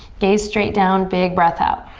gaze straight down. big breath out.